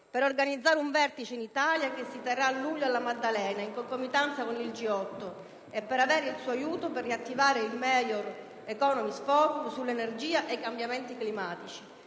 per organizzare un vertice in Italia, che si terrà a luglio alla Maddalena in concomitanza con il G8, e per avere il suo aiuto per riattivare il *Major Economies* *Forum* sull'energia e i cambiamenti climatici.